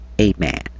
Amen